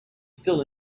still